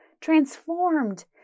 transformed